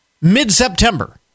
Mid-September